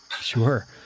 Sure